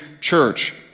church